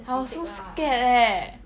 I was so scared eh